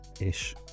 ish